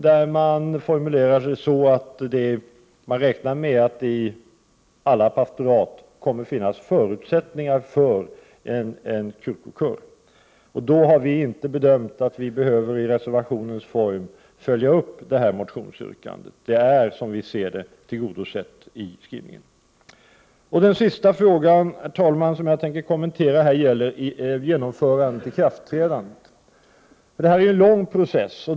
Utskottet formulerar att man räknar med att det i alla pastorat kommer att finnas förutsättningar för en kyrkokör. Vi moderater har inte bedömt att vi behöver i reservationsform följa upp detta motionsyrkande. Det är, som vi ser det, tillgodosett i skrivningen. Herr talman! Den sista frågan som jag skall kommmentera gäller ikraftträdandet av lagen. Detta har varit en lång process.